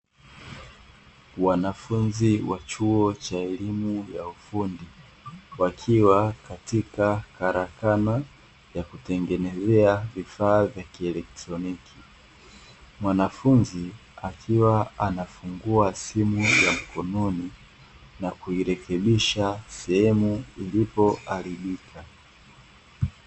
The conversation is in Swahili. Wanafunzi wa chuo cha elimu ya ufundi wakiwa katika karakana ya kutengenezea vifaa vya kielekroniki, mwanafunzi akiwa anafungua simu ya mkononi na kuirekebisha sehemu ilipoharibika.